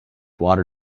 water